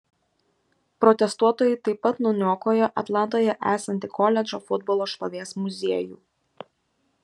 protestuotojai taip pat nuniokojo atlantoje esantį koledžo futbolo šlovės muziejų